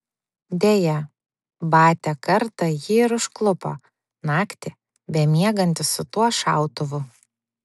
deja batia kartą jį ir užklupo naktį bemiegantį su tuo šautuvu